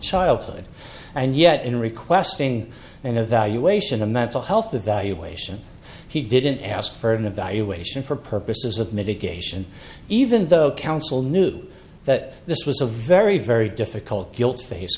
childhood and yet in requesting an evaluation a mental health evaluation he didn't ask for an evaluation for purposes of mitigation even though counsel knew that this was a very very difficult guilt